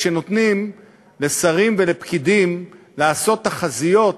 כשנותנים לשרים ולפקידים לעשות תחזיות,